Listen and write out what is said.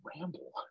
ramble